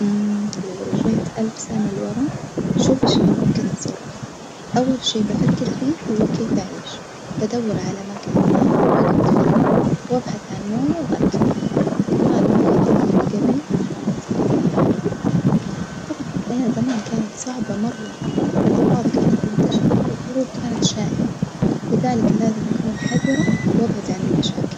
لو رجعت ألف سنة لورا شوف شلون ممكن أتصرف، أول شي بفكر فيه هو كيف أعيش بدور على مكان آمن وأجعد فيه، وأبحث عن موية وأكل كمان ممكن أنضم لجبيلة عشان أحصل الحماية، طبعاً الحياة زمان كانت صعبة مرة، فالأمراض كانت منتشرة والحروب كانت شائعة، لذلك لازم أكون حذرة وأبعد عن المشاكل.